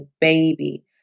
baby